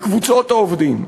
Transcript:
לקבוצות העובדים,